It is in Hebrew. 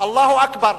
"אללהו אכבר".